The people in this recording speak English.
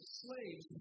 slaves